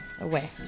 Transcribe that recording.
away